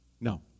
No